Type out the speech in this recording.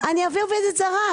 אני אביא עוזרת זרה.